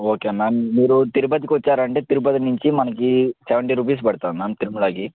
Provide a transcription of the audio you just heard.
okay ma'am మీరు తిరుపతికి వచ్చారంటే తిరుపతి నుంచి మనకి సెవెంటీ రూపీస్ పడుతుంది మ్యామ్ తిరుమలాకి